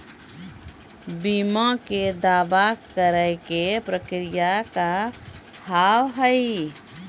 बीमा के दावा करे के प्रक्रिया का हाव हई?